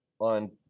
on